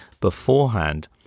beforehand